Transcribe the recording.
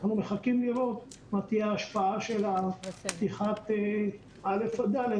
אנחנו מחכים לראות מה תהיה ההשפעה של פתיחת א' עד ד'